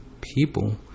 people